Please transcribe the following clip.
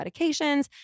medications